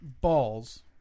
balls